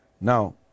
Now